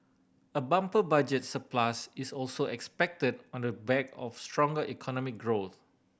a bumper Budget surplus is also expected on the back of stronger economic growth